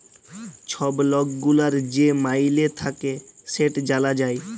ছব লক গুলার যে মাইলে থ্যাকে সেট জালা যায়